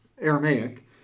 Aramaic